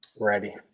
Ready